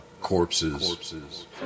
Corpses